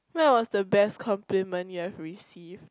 that was the best complement you have received